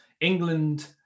England